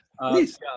please